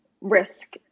risk